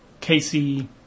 Casey